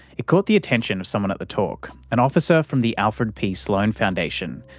it caught the attention of someone at the talk, an officer from the alfred p sloan foundation,